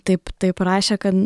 taip taip parašė kad